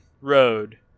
road